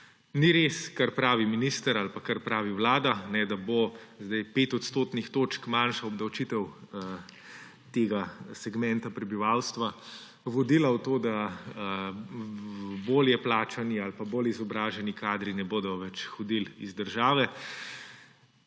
Ni res, kar pravi minister ali pa kar pravi Vlada, da bo zdaj 5 odstotnih točk manjša obdavčitev tega segmenta prebivalstva vodila v to, da bolje plačani ali pa bolj izobraženi kadri ne bodo več hodili iz države.